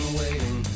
waiting